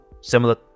similar